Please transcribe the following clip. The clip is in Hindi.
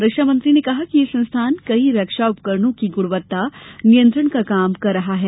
रक्षामंत्री ने कहा कि यह संस्थान कई रक्षा उपकरणों की गुणवत्ता नियंत्रण का काम कर रहा है